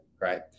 Right